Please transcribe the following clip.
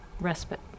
respite